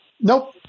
Nope